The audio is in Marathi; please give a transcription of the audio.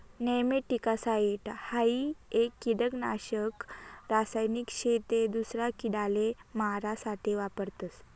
नेमैटीकासाइड हाई एक किडानाशक रासायनिक शे ते दूसरा किडाले मारा साठे वापरतस